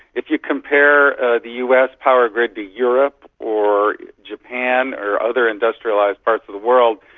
if you compare the us power grid to europe or japan or other industrialised parts of the world,